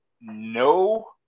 no